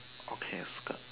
okay skirt